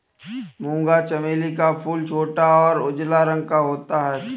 मूंगा चमेली का फूल छोटा और उजला रंग का होता है